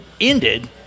ended